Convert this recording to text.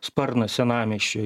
sparnas senamiesčio